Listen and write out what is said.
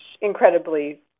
incredibly